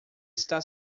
está